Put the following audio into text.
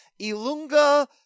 Ilunga